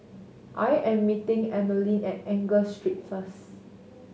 I am meeting Emmaline at Angus Street first